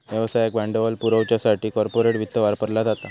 व्यवसायाक भांडवल पुरवच्यासाठी कॉर्पोरेट वित्त वापरला जाता